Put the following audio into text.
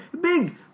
Big